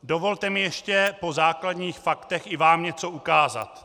Dovolte mi ještě po základních faktech i vám něco ukázat.